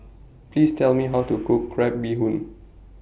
Please Tell Me How to Cook Crab Bee Hoon